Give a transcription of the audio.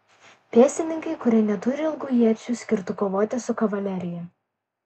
pėstininkai kurie neturi ilgų iečių skirtų kovoti su kavalerija